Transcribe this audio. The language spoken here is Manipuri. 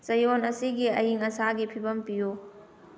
ꯆꯌꯣꯜ ꯑꯁꯤꯒꯤ ꯑꯏꯡ ꯑꯁꯥꯒꯤ ꯐꯤꯕꯝ ꯄꯤꯌꯨ